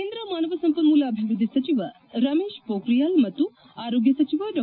ಕೇಂದ್ರ ಮಾನವ ಸಂಪನ್ನೂಲ ಅಭಿವೃದ್ದಿ ಸಚಿವ ರಮೇಶ್ ಪೋಬ್ರಿಯಾಲ್ ಮತ್ತು ಆರೋಗ್ನ ಸಚಿವ ಡಾ